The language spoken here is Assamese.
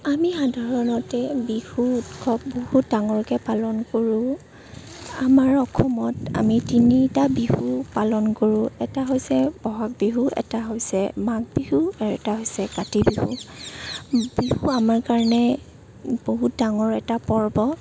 আমি সাধাৰণতে বিহু উৎসৱ বহুত ডাঙৰকৈ পালন কৰোঁ আমাৰ অসমত আমি তিনিটা বিহু পালন কৰোঁ এটা হৈছে বহাগ বিহু এটা হৈছে মাঘ বিহু আৰু এটা হৈছে কাতি বিহু বিহু আমাৰ কাৰণে বহুত ডাঙৰ এটা পৰ্ব